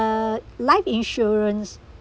life insurance